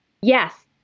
yes